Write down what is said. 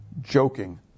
joking